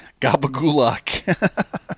Gabagulak